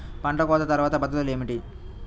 పంట కోత తర్వాత పద్ధతులు ఏమిటి?